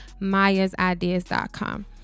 MayasIdeas.com